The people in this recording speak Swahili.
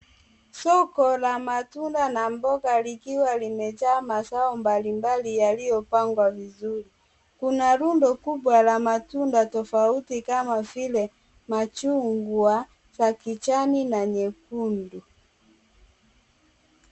Soko la matunda na mboga likiwa limejaa mazao mbali mbali yaliyopangwa vizuri. Kuna rundo kubwa la matunda tofauti kama vile machungwa za kijani na nyekundu.